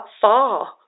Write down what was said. far